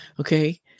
Okay